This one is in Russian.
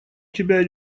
тебя